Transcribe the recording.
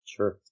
Sure